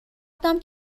بودم